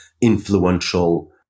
influential